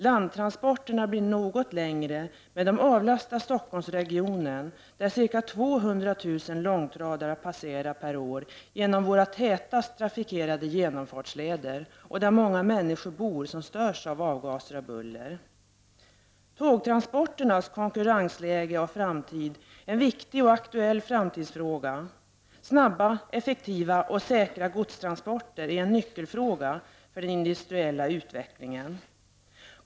Landtransporterna blir något längre, men de avlastar Stockholmsregionen, där ca 200 000 långtradare varje år passerar genom våra tätast trafikerade genomfartsleder och där många människor bor och då störs av avgaser och buller. Tågtransporternas konkurrensförmåga och framtid är en viktig och aktuell fråga. Snabba, effektiva och säkra godstransporter är en nyckelfråga för den industriella utvecklingen.